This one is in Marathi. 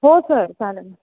हो सर चालेल